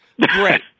Great